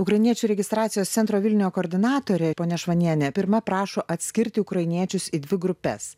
ukrainiečių registracijos centro vilniuje koordinatorė ponia švanienė pirma prašo atskirti ukrainiečius į dvi grupes